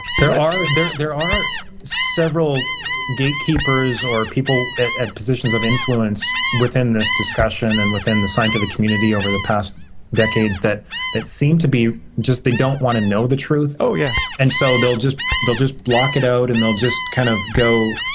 there are, there there are several gatekeepers or people at at positions of influence, within this discussion and within the scientific community over the past decades, that that seem to be, just, they don't want to know the truth. dave oh, yeah. josh and so, they'll just they'll just block it out, and they'll just kind of go,